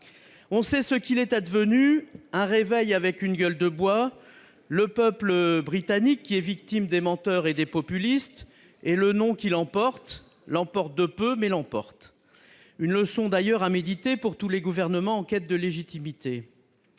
On sait ce qu'il est advenu : un réveil avec une gueule de bois, un peuple britannique qui a été victime des menteurs et des populistes et le « non » qui l'a emporté de peu. C'est d'ailleurs une leçon à méditer pour tous les gouvernements en quête de légitimité.